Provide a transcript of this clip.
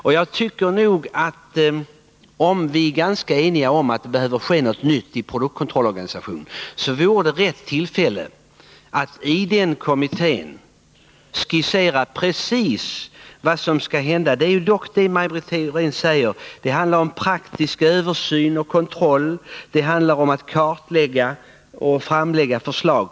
Eftersom vi ju är ganska eniga om att det bör ske något nytt i produktkontrollorganisationen, så tycker jag att det riktiga vore att i kommittén skissera vad man vill skall hända. Som Maj Britt Theorin säger handlar det om praktisk översyn och kontroll, om att kartlägga det här området och om att framlägga förslag.